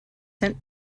sent